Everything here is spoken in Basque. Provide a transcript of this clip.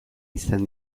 izan